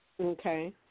Okay